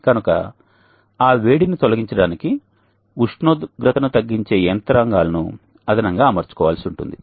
కనుక ఆ వేడిని తొలగించడానికి ఉష్ణోగ్రతను తగ్గించే యంత్రాంగాలను అదనంగా అమర్చుకోవాల్సి ఉంటుంది